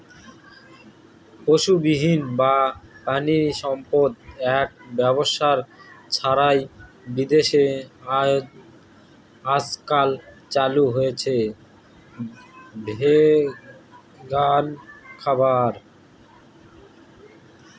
পশুবিহীন বা প্রানীসম্পদ এর ব্যবহার ছাড়াই বিদেশে আজকাল চালু হয়েছে ভেগান খামার